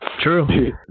True